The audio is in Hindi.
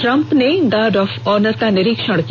ट्रम्प ने गार्ड ऑफ ऑनर का निरीक्षण किया